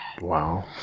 Wow